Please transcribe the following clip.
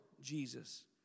Jesus